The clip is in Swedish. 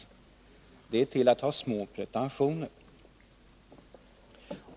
Det är till att ha små pretentioner.